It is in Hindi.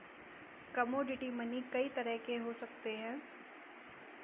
कमोडिटी मनी कई तरह के हो सकते हैं